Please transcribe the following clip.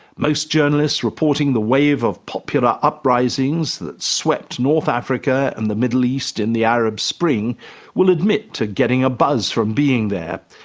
most journalists reporting the wave of popular uprisings that swept north africa and the middle east in the arab spring will admit to getting a buzz from being there.